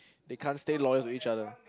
they can't stay loyal to each other